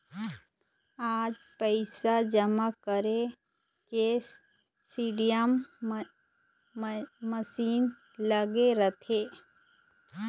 आज पइसा जमा करे के सीडीएम मसीन लगे रहिथे